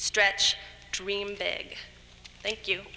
stretch dream big thank you